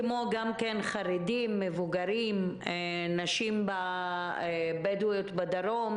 כמו חרדים, מבוגרים, נשים בדואיות בדרום